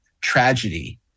tragedy